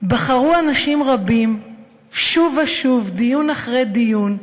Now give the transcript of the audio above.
בחרו אנשים רבים שוב ושוב, דיון אחרי דיון,